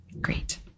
Great